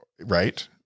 right